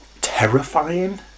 terrifying